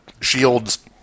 Shields